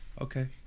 Okay